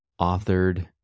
authored